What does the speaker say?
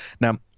Now